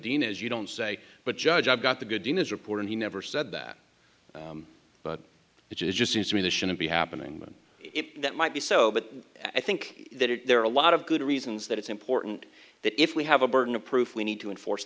dean as you don't say but judge i've got the good news report and he never said that but it just seems to me this shouldn't be happening that might be so but i think that there are a lot of good reasons that it's important that if we have a burden of proof we need to enforce